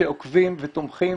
שעוקבים ותומכים